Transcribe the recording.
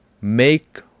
make